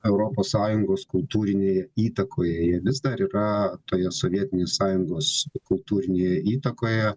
europos sąjungos kultūrinėje įtakoje jie vis dar yra toje sovietinės sąjungos kultūrinėje įtakoje